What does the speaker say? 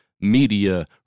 media